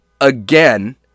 again